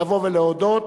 לבוא ולהודות.